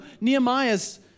Nehemiah's